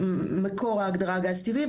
מקור ההגדרה גז טבעי.